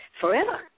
forever